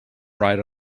ride